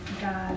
God